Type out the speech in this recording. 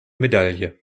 medaille